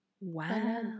Wow